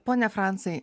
pone francai